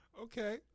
Okay